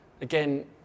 again